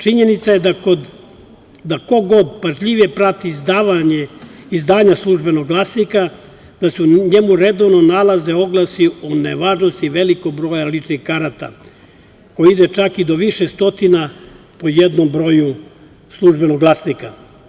Činjenica je da ko god pažljivije prati izdavanje „Službenog glasnika“ da se u njemu redovno nalaze oglasi o nevažnosti velikog broja ličnih karata, koji ide čak i do više stotina po jednom broju „Službenog glasnika“